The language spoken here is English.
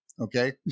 Okay